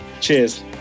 cheers